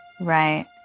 Right